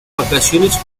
vacaciones